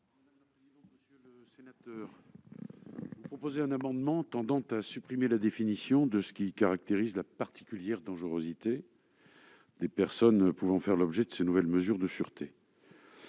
Monsieur le sénateur, votre amendement tend à supprimer la définition de la « particulière dangerosité » des personnes pouvant faire l'objet des nouvelles mesures de sûreté.